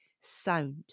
SOUND